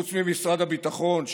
חוץ ממשרד הביטחון,